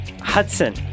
Hudson